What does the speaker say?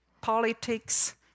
Politics